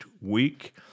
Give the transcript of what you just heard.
week